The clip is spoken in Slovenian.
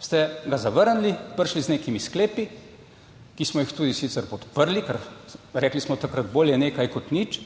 ste ga zavrnili, prišli z nekimi sklepi. Ki smo jih tudi sicer podprli, ker rekli smo takrat bolje nekaj kot nič,